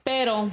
Pero